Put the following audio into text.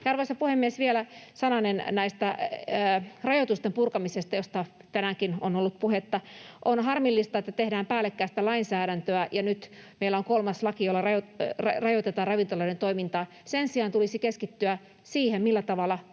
arvoisa puhemies, vielä sananen rajoitusten purkamisesta, josta tänäänkin on ollut puhetta. On harmillista, että tehdään päällekkäistä lainsäädäntöä, ja nyt meillä on kolmas laki, jolla rajoitetaan ravintoloiden toimintaa. Sen sijaan tulisi keskittyä siihen, millä tavalla